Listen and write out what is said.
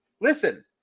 Listen